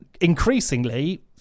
increasingly